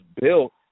built